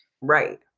Right